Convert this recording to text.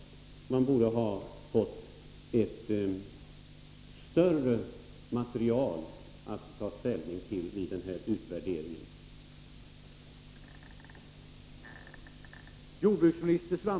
Man borde ha fått ett större material att ta ställning till vid utvärderingen.